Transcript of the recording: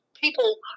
People